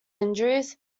injuries